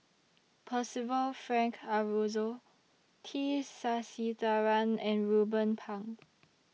Percival Frank Aroozoo T Sasitharan and Ruben Pang